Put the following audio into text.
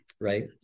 Right